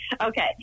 Okay